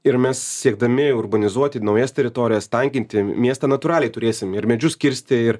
ir mes siekdami urbanizuoti naujas teritorijas tankinti miestą natūraliai turėsim ir medžius kirsti ir